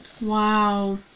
Wow